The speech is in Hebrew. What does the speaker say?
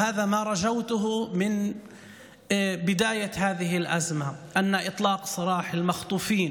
וזה מה שביקשתי מתחילת המשבר הזה: לשחרר את החטופים.